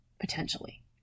potentially